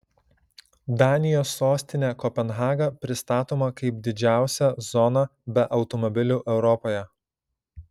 danijos sostinė kopenhaga pristatoma kaip didžiausia zona be automobilių europoje